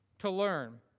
to learn,